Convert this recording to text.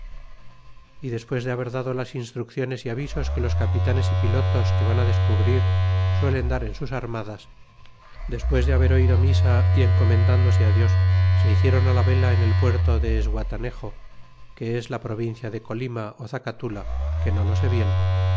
y despues de haber dado las instrucciones y avisos que los capitanes y pilotos que van á descubrir suelen dar en sus armadas despues de haber oído misa y encomendándose dios se hiciéron la vela en el puerto de esguatanejo que es la provincia de colima que no lo sé bien y fué en